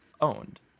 owned